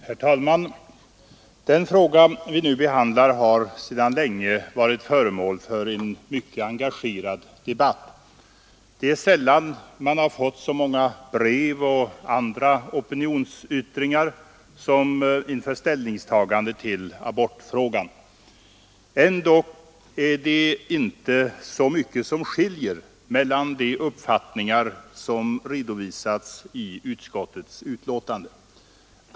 Herr talman! Den fråga vi nu behandlar har sedan länge varit föremål för en mycket engagerad debatt. Sällan har man fått så många brev och andra opinionsyttringar som inför ställningstagandet i abortfrågan. Ändå är det inte så mycket som skiljer mellan de uppfattningar som redovisas i utskottsbetänkandet.